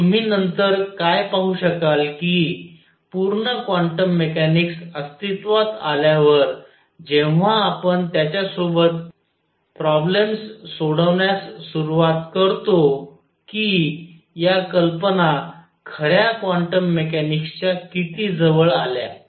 आणि तुम्ही नंतर काय पाहू शकाल कि पूर्ण क्वांटम मेकॅनिक्स अस्तित्वात आल्यावर जेव्हा आपण त्याच्यासोबत प्रॉब्लेम्स सोडवण्यास सुरुवात करतो की या कल्पना खऱ्या क्वांटम मेकॅनिक्सच्या किती जवळ आल्या